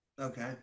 Okay